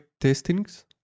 testings